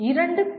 இரண்டு பி